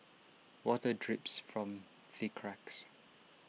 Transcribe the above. water drips from the cracks